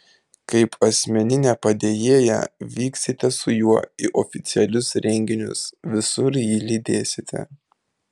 kaip asmeninė padėjėja vyksite su juo į oficialius renginius visur jį lydėsite